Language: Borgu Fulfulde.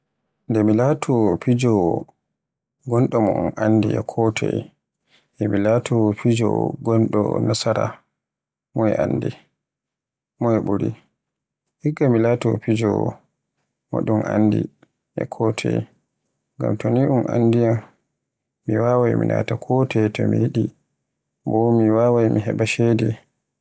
Nde mi laato fijowo ngonɗo mo un anndi e kotoye, e mi laato fijowo ngonɗo mo nasara, moye ɓuri. Igga mi laato fijowo mo ɗun anndi e kotoye, ngam tonii e ɗun anndiyam mi waawai mi naatay ko toye to mi yiɗi, bo mi wawaay mi heɓa ceede.